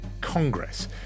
Congress